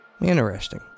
Interesting